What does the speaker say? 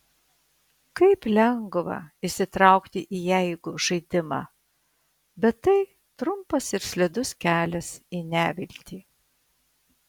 kaip lengva įsitraukti į jeigu žaidimą bet tai trumpas ir slidus kelias į neviltį